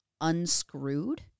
unscrewed